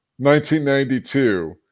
1992